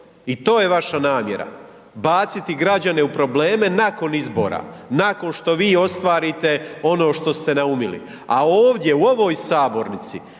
I to je vaša namjera baciti građane u probleme nakon izbora, nakon što vi ostvarite ono što ste naumili. A ovdje u ovoj sabornici,